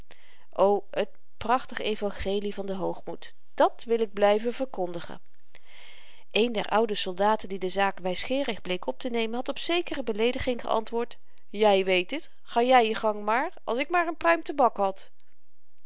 o t prachtig evangelie van den hoogmoed dàt wil ik blyven verkondigen een der oude soldaten die de zaak wysgeerig bleek optenemen had op zekere beleediging geantwoord jy weet het ga jy je gang maar als ik maar n pruim tabak had